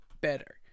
better